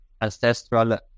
ancestral